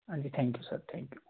ਹਾਂਜੀ thank you sir thank you